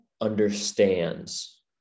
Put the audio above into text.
understands